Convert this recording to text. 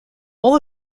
all